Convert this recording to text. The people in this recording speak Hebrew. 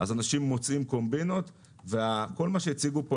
אנשים מוצאים קומבינות וכל מה שהציגו כאן